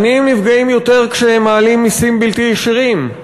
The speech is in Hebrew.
העניים נפגעים יותר כשמעלים מסים בלתי ישירים,